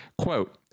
Quote